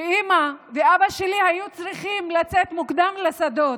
ואימא ואבא שלי היו צריכים לצאת מוקדם לשדות,